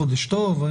חודש טוב.